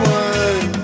one